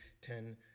Ten